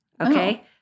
Okay